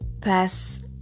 pass